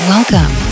Welcome